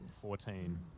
Fourteen